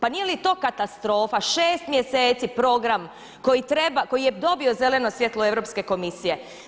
Pa nije li to katastrofa 6 mjeseci program koji je dobio zeleno svjetlo Europske komisije?